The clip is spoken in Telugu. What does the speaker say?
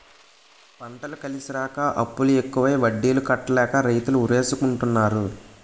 పంటలు కలిసిరాక అప్పులు ఎక్కువై వడ్డీలు కట్టలేక రైతులు ఉరేసుకుంటన్నారు